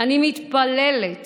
אני מתפללת